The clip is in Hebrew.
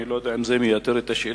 אני לא יודע אם זה מייתר את השאלה,